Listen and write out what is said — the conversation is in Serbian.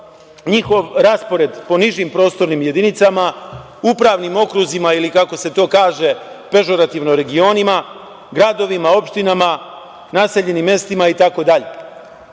njihov raspored po nižim prostornim jedinicama, upravnim okruzima ili kako se to kaže pežurativno – regionima, gradovima, opštinama, naseljem i mestima itd.